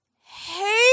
Hey